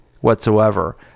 whatsoever